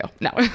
No